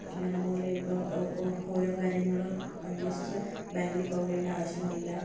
പിന്നെ അതുപോലെ ഇപ്പ ഓരോ കാര്യങ്ങളും അന്വേഷിച്ച് ബേങ്കിൽ പോകേണ്ട ആവശ്യമില്ല